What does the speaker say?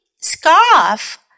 Scarf